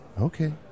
okay